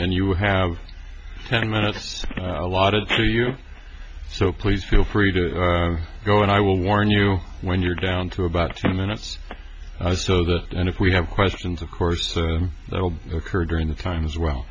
and you have ten minutes allotted for you so please feel free to go and i will warn you when you're down to about ten minutes so that and if we have questions of course occurred during that time as well